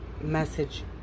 message